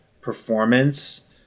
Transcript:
performance